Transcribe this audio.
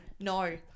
No